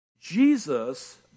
Jesus